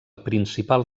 principal